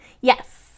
Yes